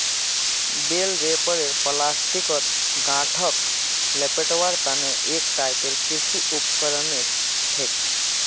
बेल wrapper प्लास्टिकत गांठक लेपटवार तने एक टाइपेर कृषि उपकरण छिके